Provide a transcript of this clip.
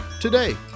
today